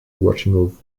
watching